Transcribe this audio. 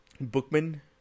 Bookman